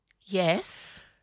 Yes